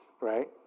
right